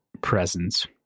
presence